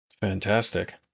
Fantastic